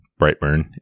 Brightburn